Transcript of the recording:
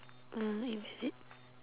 uh where is it